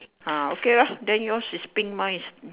ah okay lor then yours is pink mine is